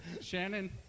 Shannon